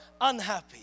unhappy